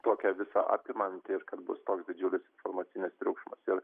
tokia visą apimanti ir kad bus toks didžiulis informacinis triukšmas ir